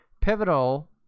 pivotal